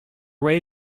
way